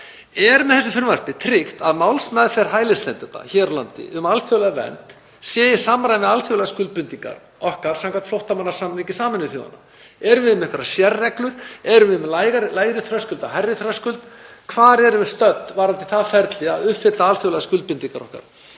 Er með þessu frumvarpi tryggt að málsmeðferð hælisleitenda hér á landi um alþjóðlega vernd sé í samræmi við alþjóðlegar skuldbindingar okkar samkvæmt flóttamannasamningi Sameinuðu þjóðanna? Erum við með einhverjar sérreglur? Erum við með lægri þröskulda, hærri þröskulda? Hvar erum við stödd varðandi það ferli að uppfylla alþjóðlegar skuldbindingar okkar?